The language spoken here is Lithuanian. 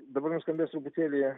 dabar nuskambės truputėlį